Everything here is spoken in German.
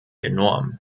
enorm